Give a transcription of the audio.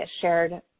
shared